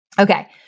Okay